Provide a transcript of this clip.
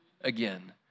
again